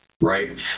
Right